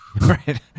Right